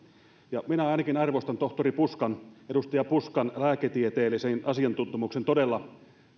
minä ainakin arvostan edustaja tohtori puskan lääketieteellisen asiantuntemuksen todella